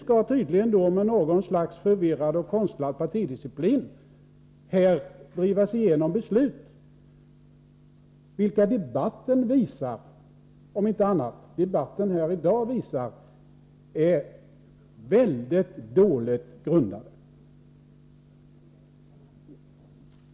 Nu skall här tydligen, med något slags förvirrad och konstlad partidisciplin, drivas igenom beslut, vilka — om inte annat — debatten här i dag visar är mycket dåligt grundade.